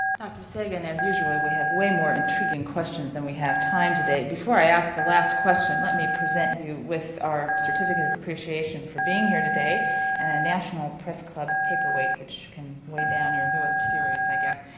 dr. sagan, as usually, we have way more intriguing questions than we have time today. before i ask the last question, let me present you with our certificate of our appreciation for being here today and a national press club paperweight, which can weigh down your newest theories, i guess.